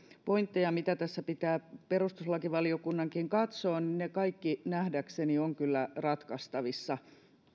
pointteja mitä tässä pitää perustuslakivaliokunnankin katsoa niin ne kaikki nähdäkseni ovat kyllä ratkaistavissa